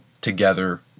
together